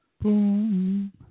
Boom